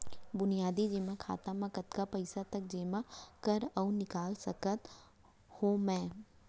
बुनियादी जेमा खाता म कतना पइसा तक जेमा कर अऊ निकाल सकत हो मैं?